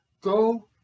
go